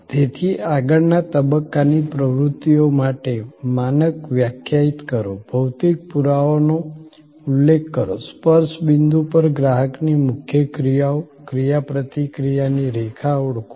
તેથી આગળના તબક્કાની પ્રવૃત્તિઓ માટે માનક વ્યાખ્યાયિત કરો ભૌતિક પુરાવાનો ઉલ્લેખ કરો સ્પર્શ બિંદુ પર ગ્રાહકની મુખ્ય ક્રિયાઓ ક્રિયાપ્રતિક્રિયાની રેખા ઓળખો